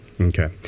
Okay